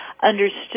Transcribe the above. understood